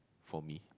for me